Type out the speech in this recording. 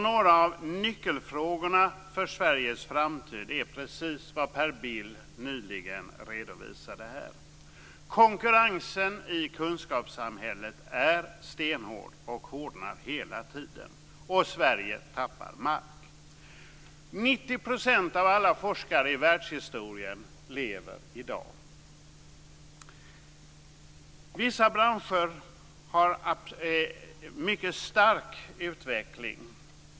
Några av nyckelfrågorna för Sveriges framtid är precis de som Per Bill nyligen redovisade här. Konkurrensen i kunskapssamhället är stenhård och hårdnar hela tiden, och Sverige tappar mark. 90 % av alla forskare i världshistorien lever i dag. Vissa branscher har en mycket stark utveckling.